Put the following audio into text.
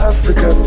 Africa